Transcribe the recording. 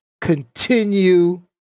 continue